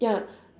ya